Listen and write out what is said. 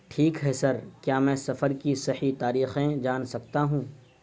ٹھیک ہے سر کیا میں سفر کی صحیح تاریخیں جان سکتا ہوں